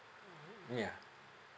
yeah